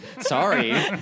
Sorry